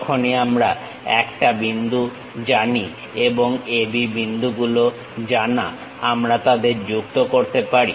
যখনই আমরা 1 টা বিন্দু জানি এবং AB বিন্দুগুলো জানা আমরা তাদের যুক্ত করতে পারি